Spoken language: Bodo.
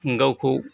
गावखौ